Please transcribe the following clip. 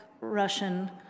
Russian